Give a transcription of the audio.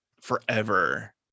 forever